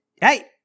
hey